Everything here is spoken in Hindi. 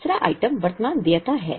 तीसरा आइटम वर्तमान देयता है